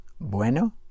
Bueno